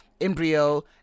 embryo